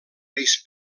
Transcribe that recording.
reis